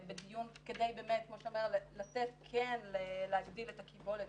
כדי באמת כן להגדיל את הקיבולת